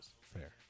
Fair